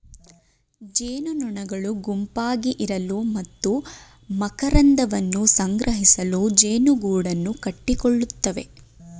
ಜೇನುನೊಣಗಳು ಗುಂಪಾಗಿ ಇರಲು ಮತ್ತು ಮಕರಂದವನ್ನು ಸಂಗ್ರಹಿಸಲು ಜೇನುಗೂಡನ್ನು ಕಟ್ಟಿಕೊಳ್ಳುತ್ತವೆ